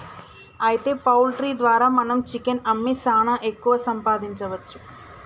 అయితే పౌల్ట్రీ ద్వారా మనం చికెన్ అమ్మి సాన ఎక్కువ సంపాదించవచ్చు